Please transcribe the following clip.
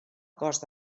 cost